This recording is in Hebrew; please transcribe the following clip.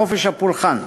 חופש הפולחן.